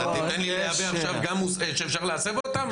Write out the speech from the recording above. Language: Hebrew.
אתה תיתן לי לייבא עכשיו גם שאפשר להסב אותם?